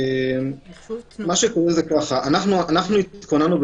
אנחנו התכוננו,